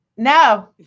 No